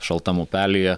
šaltam upelyje